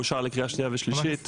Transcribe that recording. אושר לקריאה שנייה ושלישית.